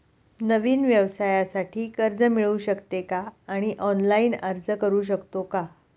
नवीन व्यवसायासाठी कर्ज मिळू शकते का आणि ऑनलाइन अर्ज करू शकतो का?